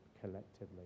collectively